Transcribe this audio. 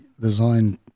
designed